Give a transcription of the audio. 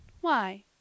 Why